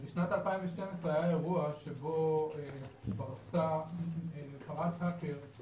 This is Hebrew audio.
בשנת 2012 היה אירוע שבו פרץ האקר או